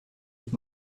with